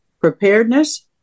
preparedness